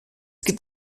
gibt